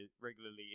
regularly